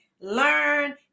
learn